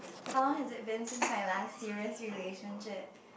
how long has it been since my last serious relationship